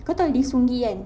kau tahu lee seung gi kan